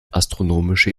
astronomische